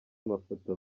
mafoto